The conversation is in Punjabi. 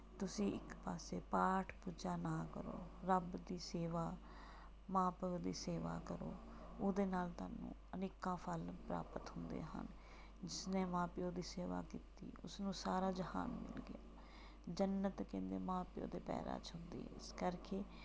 ਤੁਸੀਂ ਇੱਕ ਪਾਸੇ ਪਾਠ ਪੂਜਾ ਨਾ ਕਰੋ ਰੱਬ ਦੀ ਸੇਵਾ ਮਾਂ ਪਿਓ ਦੀ ਸੇਵਾ ਕਰੋ ਉਹਦੇ ਨਾਲ ਤੁਹਾਨੂੰ ਅਨੇਕਾਂ ਫਲ ਪ੍ਰਾਪਤ ਹੁੰਦੇ ਹਨ ਜਿਸ ਨੇ ਮਾਂ ਪਿਓ ਦੀ ਸੇਵਾ ਕੀਤੀ ਉਸਨੂੰ ਸਾਰਾ ਜਹਾਨ ਮਲਕਿ ਜੰਨਤ ਕਹਿੰਦੇ ਮਾਂ ਪਿਓ ਦੇ ਪੈਰਾਂ 'ਚ ਹੁੰਦੀ ਇਸ ਕਰਕੇ